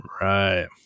Right